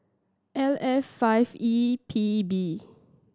L F five E P B